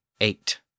eight